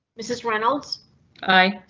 mrs reynolds high.